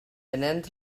venent